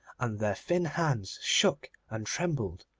and their thin hands shook and trembled.